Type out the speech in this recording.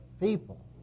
people